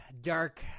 Dark